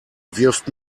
wirft